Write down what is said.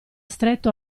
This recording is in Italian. stretto